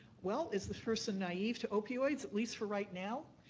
well, is the person naive to opioids, at least for right now,